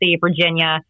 virginia